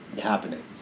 happening